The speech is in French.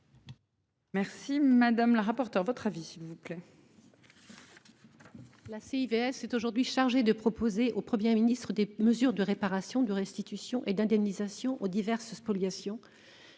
Merci madame la rapporteure votre avis s'il vous plaît.